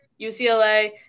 ucla